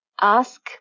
ask